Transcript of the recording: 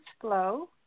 Flow